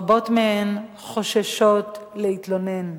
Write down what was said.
רבות מהן חוששות להתלונן.